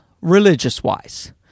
religious-wise